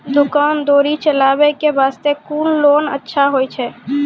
दुकान दौरी चलाबे के बास्ते कुन लोन अच्छा होय छै?